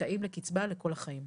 זכאים לקצבה לכל החיים.